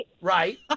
Right